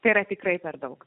yra tikrai per daug